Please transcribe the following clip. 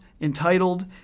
entitled